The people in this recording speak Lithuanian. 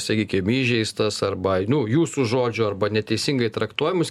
sakykim įžeistas arba nu jūsų žodžių arba neteisingai traktuojamus